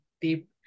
deep